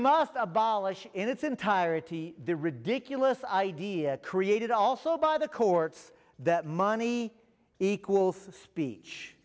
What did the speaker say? must abolish in its entirety the ridiculous idea created also by the courts that money equals speech